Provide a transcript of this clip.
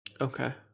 Okay